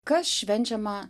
kas švenčiama